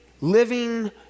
living